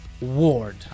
ward